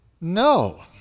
No